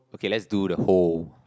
okay let's do the whole